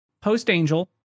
post-Angel